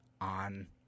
on